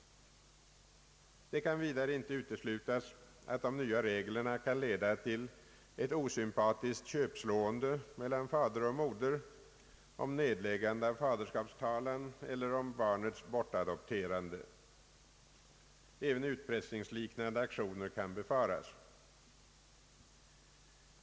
Det kan vidare inte uteslutas, att de nya reglerna kan leda till ett osympatiskt köpslående mellan fader och moder om nedläggande av faderskapstalan eller om barnets bortadopterande. Även utpressningsliknande aktioner kan befaras.